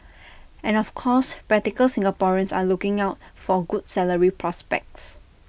and of course practical Singaporeans are looking out for good salary prospects